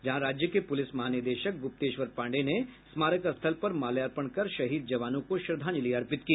जहां राज्य के पूलिस महानिदेशक गुप्तेश्वर पांडेय ने स्मारक स्थल पर माल्यार्पण कर शहीद जवानों को श्रद्धांजलि अर्पित की